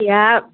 आयब